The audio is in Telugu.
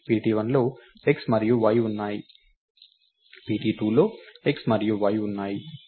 pt1 లో x మరియు y ఉన్నాయి pt2లో x మరియు y ఉన్నాయి